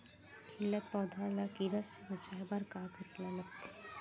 खिलत पौधा ल कीरा से बचाय बर का करेला लगथे?